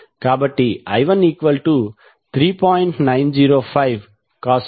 కాబట్టి i13